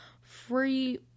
free